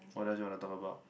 what else you wanna talk about